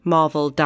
Marvel